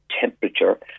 temperature